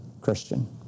Christian